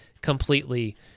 completely